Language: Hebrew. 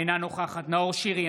אינה נוכחת נאור שירי,